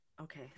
Okay